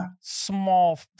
small